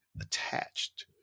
attached